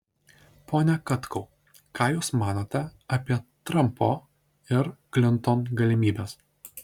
pone katkau ką jūs manote apie trumpo ir klinton galimybes